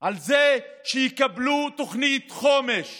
על זה שיקבלו תוכנית חומש